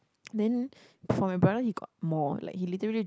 then for my brother he got more like he literally